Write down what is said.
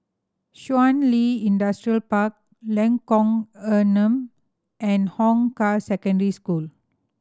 Shun Li Industrial Park Lengkong Enam and Hong Kah Secondary School